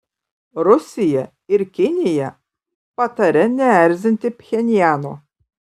rusija ir kinija pataria neerzinti pchenjano